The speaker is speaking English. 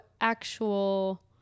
actual